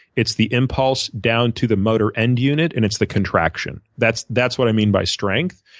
it's the impulse down to the motor end unit, and it's the contraction. that's that's what i mean by strength,